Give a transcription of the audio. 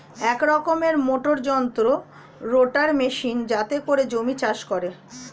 এক রকমের মোটর যন্ত্র রোটার মেশিন যাতে করে জমি চাষ করে